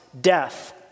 death